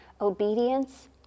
obedience